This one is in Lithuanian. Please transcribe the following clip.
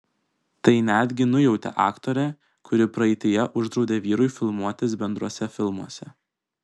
tai netgi nujautė aktorė kuri praeityje uždraudė vyrui filmuotis bendruose filmuose